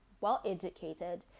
well-educated